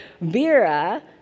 Vera